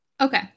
Okay